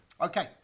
Okay